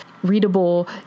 readable